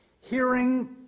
hearing